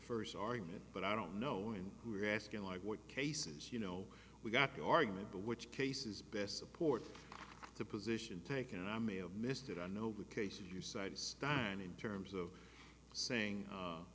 first argument but i don't know who are asking like what cases you know we've got the argument but which cases best support the position taken and i may have missed it i know with cases you cited stein in terms of saying